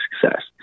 Success